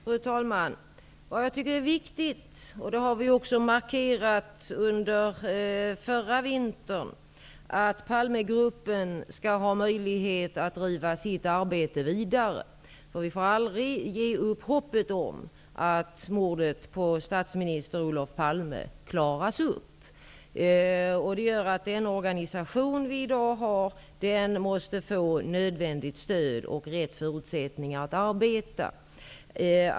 Fru talman! Vi tycker att det är viktigt -- och det markerade vi även under förra vintern -- att Palmegruppen skall ha möjlighet att få driva sitt arbete vidare. Vi får aldrig ge upp hoppet om att mordet på statsminister Olof Palme klaras upp. Den organisation som finns i dag måste få nödvändigt stöd och rätt förutsättningar att arbeta.